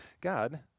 God